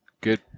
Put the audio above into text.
Good